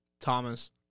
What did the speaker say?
Thomas